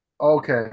Okay